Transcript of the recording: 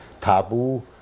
taboo